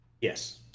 Yes